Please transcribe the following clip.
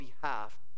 behalf